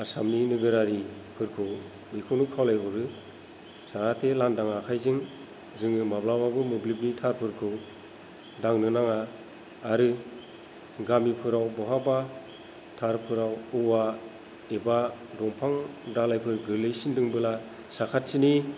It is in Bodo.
आसामनि नोगोरारिफोरखौ बेखौनो खावलायहरो जाहाते लान्दां आखायजों जोङो माब्लाबाबो मोब्लिबनि तारफोरखौ दांनो नाङा आरो गामिफोराव बहाबा तारफोराव औवा एबा दंफां दालायफोर गोलैसिनदोंबोला साखाथिनि